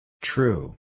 True